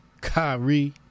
Kyrie